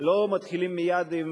לא מתחילים מייד אם